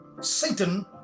satan